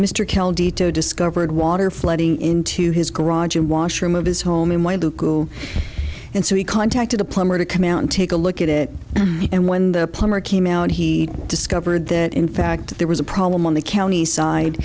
ditto discovered water flooding into his garage and washroom of his home in mind to goo and so he contacted a plumber to come out and take a look at it and when the plumber came out he discovered that in fact there was a problem on the county side